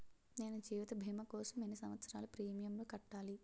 నేను జీవిత భీమా కోసం ఎన్ని సంవత్సారాలు ప్రీమియంలు కట్టాలి?